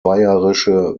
bayerische